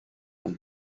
and